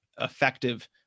effective